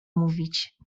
mówić